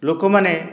ଲୋକମାନେ